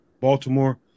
Baltimore